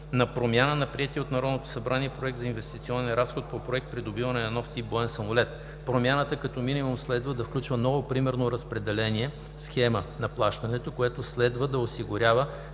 на промяна на приетия от Народното събрание Проект за инвестиционен разход по проект „Придобиване на нов тип боен самолет“. Промяната, като минимум следва да включва ново примерно разпределение (схема) на плащането, която следва да осигурява